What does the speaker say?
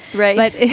right.